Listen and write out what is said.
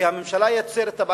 כי הממשלה יוצרת את הבעיה,